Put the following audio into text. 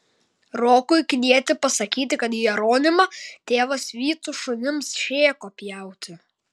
rokui knieti pasakyti kad jeronimą tėvas vytų šunims šėko pjauti